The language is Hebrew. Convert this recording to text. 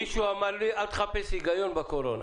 מישהו אמר לי: אל תחפש היגיון בקורונה.